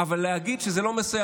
אבל להגיד שזה לא מסייע?